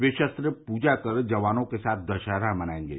वह शस्त्र पूजा कर जवानों के साथ दशहरा मनाएंगे